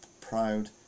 Proud